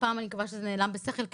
הפעם אני מקווה שזה נעלם בשכל,